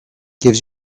gives